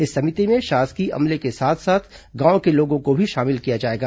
इस समिति में शासकीय अमले के साथ साथ गांव के लोगों को भी शामिल किया जाएगा